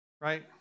Right